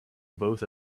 both